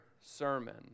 sermon